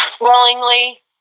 Willingly